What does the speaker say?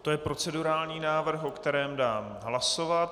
To je procedurální návrh, o kterém dám hlasovat.